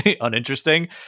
uninteresting